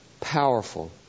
powerful